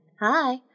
Hi